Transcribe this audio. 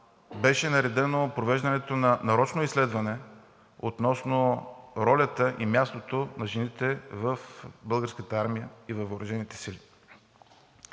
беше наредено провеждането на нарочно изследване относно ролята и мястото на жените в Българската армия и във въоръжените сили.